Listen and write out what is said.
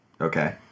Okay